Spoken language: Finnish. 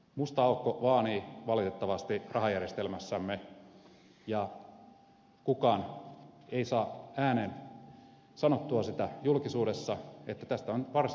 musta aukko vaanii valitettavasti rahajärjestelmässämme ja kukaan ei saa ääneen sanottua sitä julkisuudessa että tästä on nyt varsin yksinkertainen keino pois